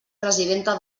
presidenta